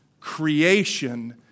creation